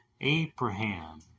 Abraham